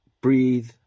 breathe